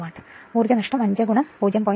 അതിനാൽ ഊർജ്ജനഷ്ടം 5 0